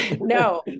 no